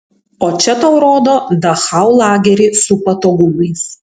o čia tau rodo dachau lagerį su patogumais